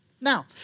Now